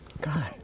God